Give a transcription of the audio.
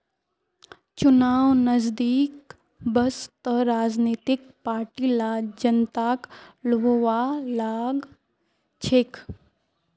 चुनाव नजदीक वस त राजनीतिक पार्टि ला जनताक लुभव्वा लाग छेक